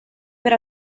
per